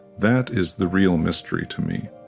that is the real mystery, to me